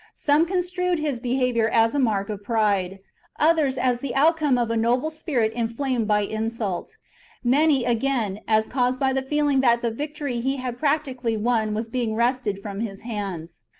some construed his be haviour as a mark of pride others as the outcome of a noble spirit inflamed by insult many, again, as caused by the feeling that the victory he had practi cally won was being wrested from his hands.